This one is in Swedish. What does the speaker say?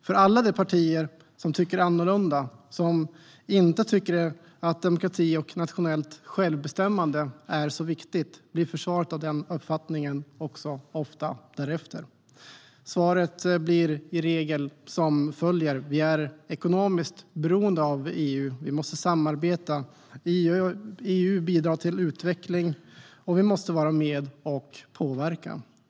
För alla partier som tycker annorlunda, som inte tycker att demokrati och nationellt självbestämmande är viktigt, blir försvaret för den uppfattningen ofta därefter. Svaret blir i regel som följer: Vi är ekonomiskt beroende av EU, vi måste samarbeta, EU bidrar till utveckling och vi måste vara med och påverka.